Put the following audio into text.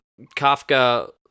Kafka